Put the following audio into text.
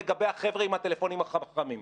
לגבי החבר'ה עם הטלפונים החכמים,